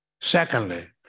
Secondly